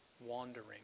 wandering